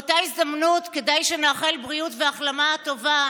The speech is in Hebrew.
באותה הזדמנות כדאי שנאחל בריאות והחלמה טובה